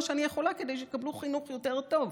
שאני יכולה כדי שיקבלו חינוך יותר טוב.